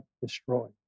destroyed